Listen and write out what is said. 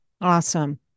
Awesome